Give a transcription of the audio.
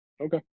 Okay